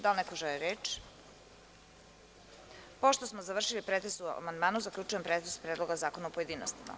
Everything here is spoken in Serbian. Da li neko želi reč? (Ne) Pošto smo završili pretres po amandmanima, zaključujem pretres Predloga zakona, u pojedinostima.